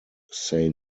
say